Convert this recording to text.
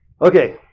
Okay